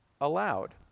allowed